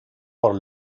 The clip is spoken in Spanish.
por